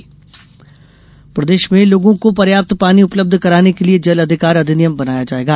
जल अधिकार प्रदेश में लोगों को पर्याप्त पानी उपलब्ध कराने के लिये जल अधिकार अधिनियम बनाया जाएगा